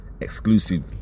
exclusive